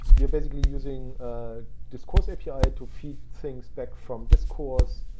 you're basically using ah discourse api to feed things back from discourse,